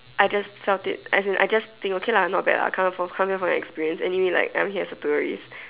I just felt it as in I just think okay lah not bad lah come here for come here for the experience anyway I'm here as a tourist